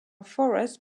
forest